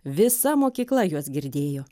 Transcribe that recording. visa mokykla juos girdėjo